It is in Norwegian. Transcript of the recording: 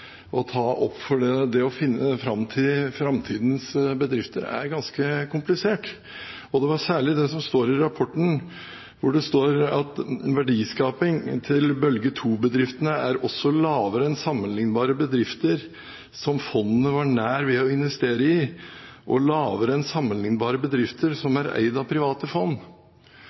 å ta opp, for det å finne fram til framtidens bedrifter er ganske komplisert. Jeg vil særlig peke på følgende i rapporten: «Verdiskapingen til bølge 2-bedriftene er også lavere enn sammenlignbare bedrifter som fondene var nær ved å investere i, og lavere enn sammenlignbare bedrifter som er eid av private fond.»